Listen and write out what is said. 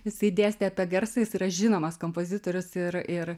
jisai dėstė apie garsą jis yra žinomas kompozitorius ir ir